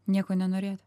nieko nenorėti